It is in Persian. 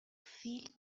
فیلم